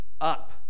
up